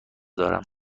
دارم